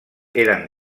eren